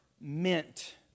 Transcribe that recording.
meant